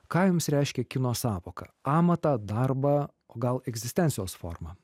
ką jums reiškia kino sąvoka pamatą darbą o gal egzistencijos formą